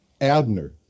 Abner